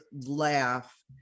laugh